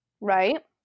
Right